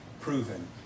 proven